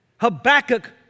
Habakkuk